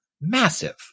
massive